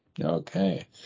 Okay